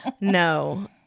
No